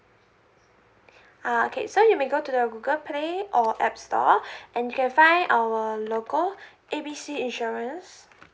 uh okay so you may go to the google play or app store and you can find our logo A B C insurance